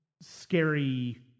scary